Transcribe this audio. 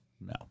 No